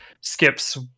skips